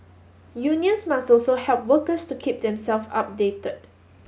unions must also help workers to keep them self updated